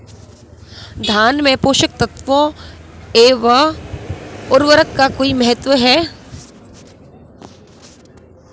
धान में पोषक तत्वों व उर्वरक का कोई महत्व है?